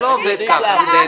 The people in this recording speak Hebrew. זה לא עובד ככה.